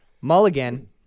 mulligan